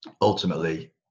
ultimately